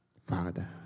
Father